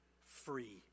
free